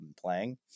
playing